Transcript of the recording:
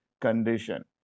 condition